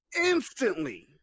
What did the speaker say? instantly